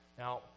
Now